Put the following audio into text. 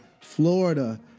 Florida